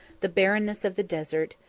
the barrenness of the desert,